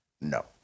no